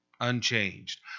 unchanged